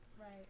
Right